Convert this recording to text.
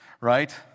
right